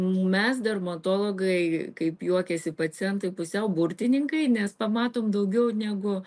mes dermatologai kaip juokiasi pacientai pusiau burtininkai nes pamatom daugiau negu